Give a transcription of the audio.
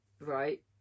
right